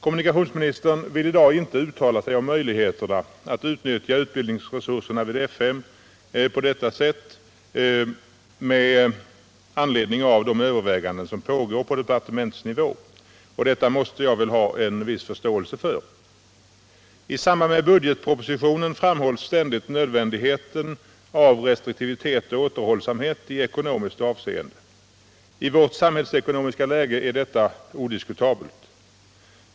Kommunikationsministern vill i dag med anledning av de överväganden som pågår på departementsnivå inte uttala sig om möjligheterna att utnyttja utbildningsresurserna vid F 5, och detta måste jag väl ha en viss förståelse för. I sammanhang med budgetpropositionen framhålls ständigt nödvändigheten av restriktivitet och återhållsamhet i ekonomiskt avseende. I vårt samhällsekonomiska läge är detta odiskutabelt.